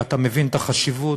ואתה מבין את החשיבות.